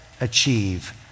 achieve